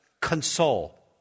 Console